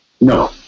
No